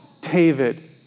David